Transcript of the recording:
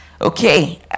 Okay